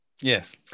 Yes